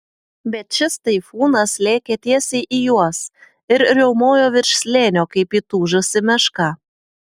bet šis taifūnas lėkė tiesiai į juos ir riaumojo virš slėnio kaip įtūžusi meška